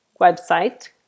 website